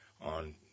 on